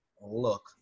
look